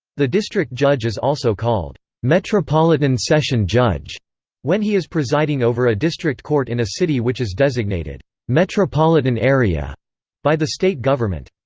the district judge is also called metropolitan session judge when he is presiding over a district court in a city which is designated metropolitan area by the state government.